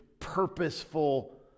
purposeful